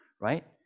right